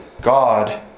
God